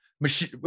Machine